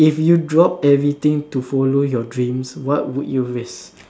if you drop everything to follow your dreams what would you risk